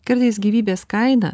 kartais gyvybės kaina